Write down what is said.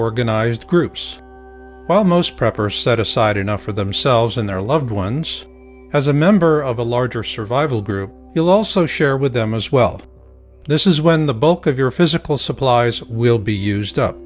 organized groups while most proper set aside enough for themselves and their loved ones as a member of a larger survival group you'll also share with them as well this is when the bulk of your physical supplies will be used up